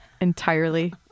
entirely